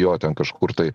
jo ten kažkur tai